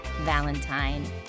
Valentine